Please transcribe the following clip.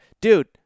dude